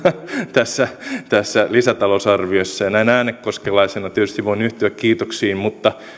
tässä tässä lisätalousarviossa näin äänekoskelaisena tietysti voin yhtyä kiitoksiin mutta